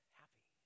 happy